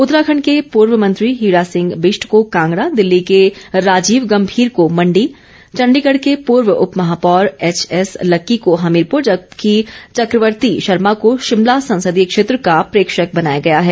उत्तराखंड के पूर्व मंत्री हीरा सिंह बिश्ट को कांगड़ा दिल्ली के राजीव गंभीर को मंडी चंडीगढ़ के पूर्व उप महापौर एचएस लक्की को हमीरपुर जबकि चक्रवर्ती शर्मा को शिमला संसदीय क्षेत्र का प्रेक्षक बनाया गया है